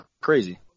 crazy